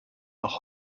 noch